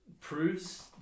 proves